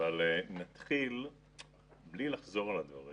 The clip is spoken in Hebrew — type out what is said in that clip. ערים מעורבות,